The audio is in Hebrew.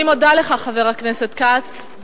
אני מודה לך, חבר הכנסת כץ.